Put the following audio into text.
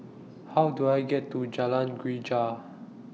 How Do I get to Jalan Greja